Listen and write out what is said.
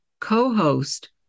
co-host